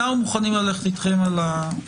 לצורך קידום הדיון אנחנו מוכנים ללכת אתכם על הכיוון